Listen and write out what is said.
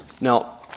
Now